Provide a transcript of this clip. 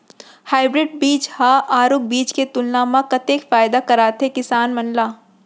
Hybrid बीज हा आरूग बीज के तुलना मा कतेक फायदा कराथे किसान मन ला?